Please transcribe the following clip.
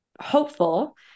hopeful